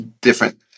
different